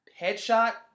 headshot